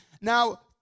Now